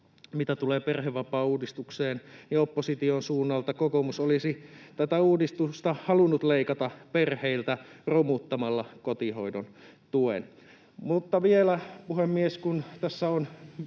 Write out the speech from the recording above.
Mitä tulee perhevapaauudistukseen, niin opposition suunnalta kokoomus olisi tätä uudistusta halunnut leikata romuttamalla perheiltä kotihoidon tuen. Vielä, puhemies, kun tässä on